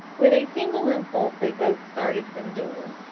with a single impulse they both started for the door.